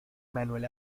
manuel